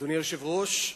אדוני היושב-ראש,